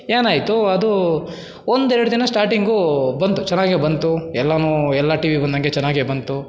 ಏನಾಯಿತು ಅದೂ ಒಂದೆರ್ಡು ದಿನ ಸ್ಟಾರ್ಟಿಂಗೂ ಬಂತು ಚೆನ್ನಾಗೇ ಬಂತು ಎಲ್ಲನೂ ಎಲ್ಲ ಟಿವಿ ಬಂದಂತೆ ಚೆನ್ನಾಗೆ ಬಂತು